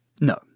No